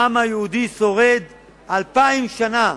העם היהודי שורד 2,000 שנה.